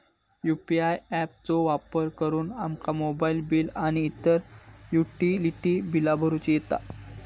UPI app चो वापर करुन आमका मोबाईल बिल आणि इतर युटिलिटी बिला भरुचा येता